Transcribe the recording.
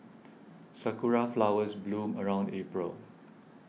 sakura flowers bloom around April